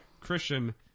Christian